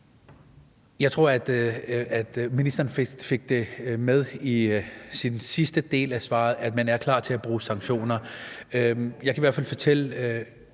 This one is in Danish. Jeg tror, at ministeren fik det med i den sidste del af sit svar, at man er klar til at bruge sanktioner. Jeg kan i hvert fald fortælle